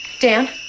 Dan